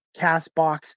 CastBox